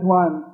one